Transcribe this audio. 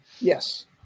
Yes